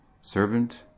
Servant